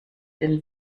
den